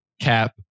Cap